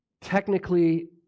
technically